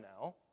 now